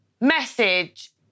message